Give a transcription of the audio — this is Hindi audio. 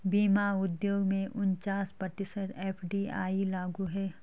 बीमा उद्योग में उनचास प्रतिशत एफ.डी.आई लागू है